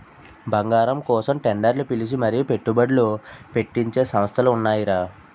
బంగారం కోసం టెండర్లు పిలిచి మరీ పెట్టుబడ్లు పెట్టించే సంస్థలు ఉన్నాయిరా